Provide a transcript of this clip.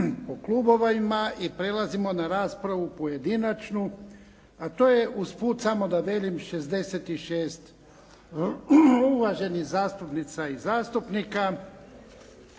po klubovima i prelazimo na raspravu pojedinačnu, a to je usput samo da velim 66 uvaženih zastupnica i zastupnika.